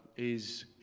is